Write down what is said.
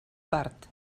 part